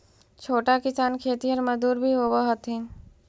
छोटा किसान खेतिहर मजदूर भी होवऽ हथिन